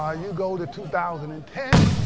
ah you go to two thousand and ten,